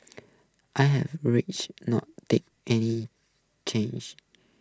I'm rich not take any change